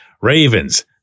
Ravens